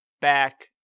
back